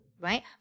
right